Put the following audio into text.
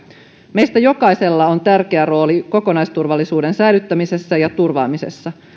meistä jokaisella on tärkeä rooli kokonaisturvallisuuden säilyttämisessä ja turvaamisessa